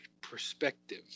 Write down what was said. perspective